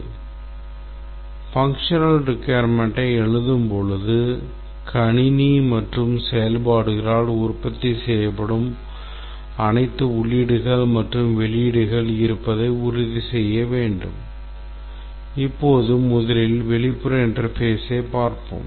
செயல்பாட்டுத் தேவையை எழுதும் போது கணினி மற்றும் செயல்பாடுகளால் உற்பத்தி செய்யப்படும் அனைத்து உள்ளீடுகள் மற்றும் வெளியீடுகள் இருப்பதை உறுதி செய்ய வேண்டும் இப்போது முதலில் வெளிப்புற interface பார்ப்போம்